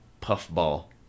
puffball